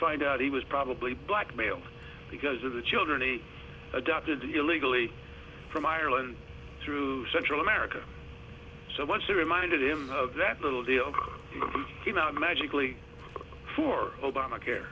find out he was probably blackmailed because of the children e adapted illegally from ireland through central america so once they reminded him of that little they came out magically for obamacare